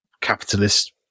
capitalist